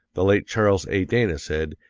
the late charles a. dana said,